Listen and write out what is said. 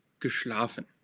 geschlafen